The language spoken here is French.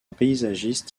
paysagiste